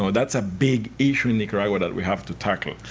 that's a big issue in nicaragua that we have to tackle.